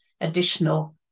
additional